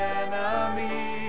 enemy